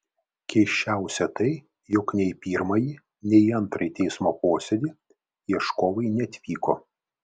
keisčiausia tai jog nei į pirmąjį nei į antrąjį teismo posėdį ieškovai neatvyko